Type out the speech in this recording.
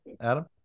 Adam